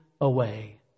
away